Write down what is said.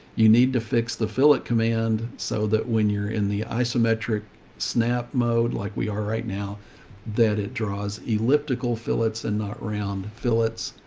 you need to fix the phillip command so that when you're in the isometric snap mode, like we are right now that it draws elliptical fillets and not round fillets.